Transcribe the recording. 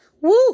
Woo